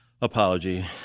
apology